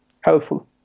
helpful